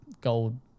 gold